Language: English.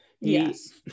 yes